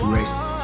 rest